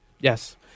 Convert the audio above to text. Yes